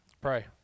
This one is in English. Pray